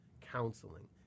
counseling